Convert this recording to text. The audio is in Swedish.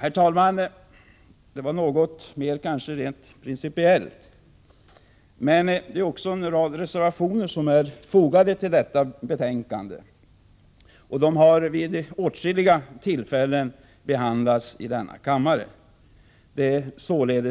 Herr talman! Vad jag nu sagt är mera principiellt. Till betänkandet har också fogats en rad reservationer med förslag som vid åtskilliga tillfällen redan tidigare har behandlats i denna kammare, de flesta av